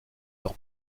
ans